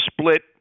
split